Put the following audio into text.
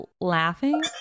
laughing